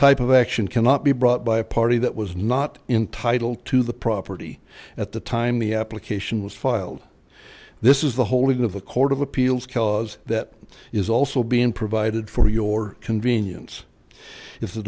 type of action cannot be brought by a party that was not entitle to the property at the time the application was filed this is the holding of a court of appeals that is also being provided for your convenience i